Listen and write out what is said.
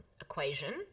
equation